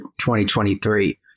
2023